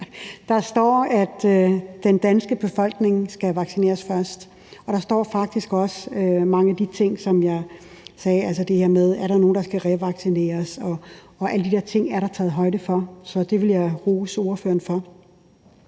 Der står, at den danske befolkning skal vaccineres først, og der står faktisk også mange af de ting, som jeg sagde, altså det her med: Er der nogen, der skal revaccineres? Alle de der ting er der taget højde for, så det vil jeg rose ordføreren for.